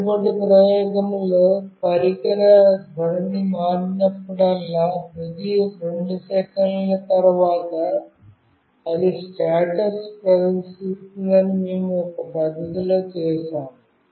మునుపటి ప్రయోగంలో పరికర ధోరణి మారినప్పుడల్లా ప్రతి 2 సెకన్ల తర్వాత అది స్టేటస్ ప్రదర్శిస్తుందని మేము ఒక పద్ధతిలో చేసాము